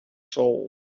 soul